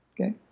okay